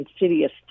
insidious